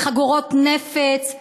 זה חגורות נפץ,